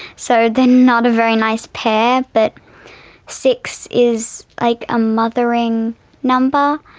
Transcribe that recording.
so they're not a very nice pair, but six is like a mothering number,